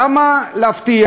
למה להבטיח